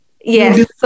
yes